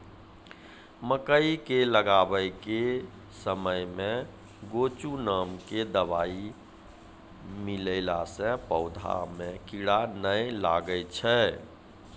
मकई के लगाबै के समय मे गोचु नाम के दवाई मिलैला से पौधा मे कीड़ा नैय लागै छै?